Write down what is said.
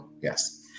yes